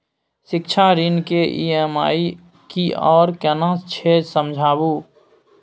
शिक्षा ऋण के ई.एम.आई की आर केना छै समझाबू?